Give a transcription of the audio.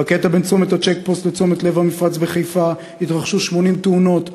בקטע בין צומת הצ'ק-פוסט לצומת לב-המפרץ בחיפה התרחשו 80 תאונות ב-2013.